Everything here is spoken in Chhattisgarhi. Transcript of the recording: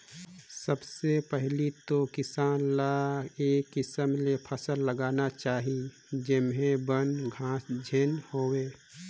सबले पहिले तो किसान ल ए किसम ले फसल लगाना चाही जेम्हे बन, घास झेन होवे